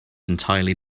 entirely